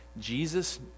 Jesus